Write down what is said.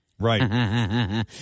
Right